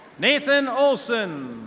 nathan olson.